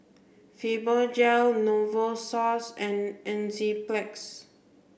Fibogel Novosource and Enzyplex